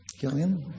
Gillian